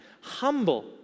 Humble